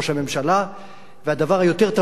והדבר היותר תמוה, אדוני שר המשפטים,